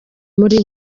muri